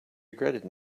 regretted